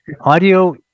audio